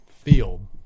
field